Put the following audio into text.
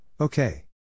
okay